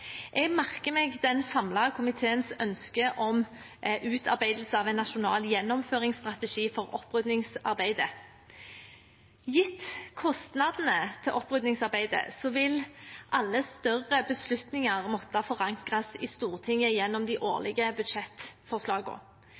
Jeg merker meg den samlede komiteens ønske om utarbeidelse av en nasjonal gjennomføringsstrategi for oppryddingsarbeidet. Gitt kostnadene til oppryddingsarbeidet vil alle større beslutninger måtte forankres i Stortinget gjennom de årlige